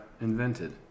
invented